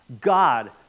God